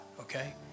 okay